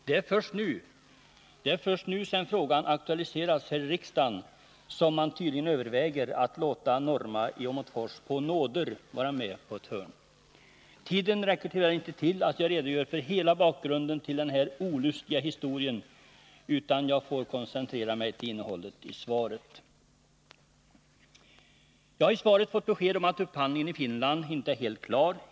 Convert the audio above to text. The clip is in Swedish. Det är först nu, sedan frågan aktualiserats här i riksdagen, som man tydligen överväger att låta Norma i Åmotfors på nåder vara med på ett hörn. Tiden räcker tyvärr inte till att redogöra för hela bakgrunden till den här olustiga historien, utan jag får koncentrera mig på innehållet i svaret. Jag har i svaret fått besked om att upphandlingen i Finland inte är helt klar.